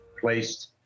placed